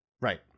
Right